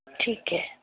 ਠੀਕ ਹੈ